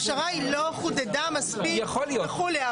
הפשרה היא לא חודדה מספיק וכולי.